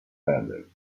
feathers